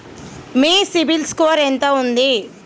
మీ CIBIL score ఎంత ఉంది?